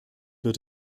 wird